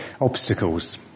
obstacles